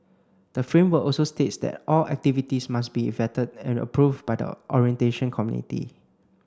the framework also states that all activities must be vetted and approved by the orientation committee